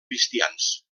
cristians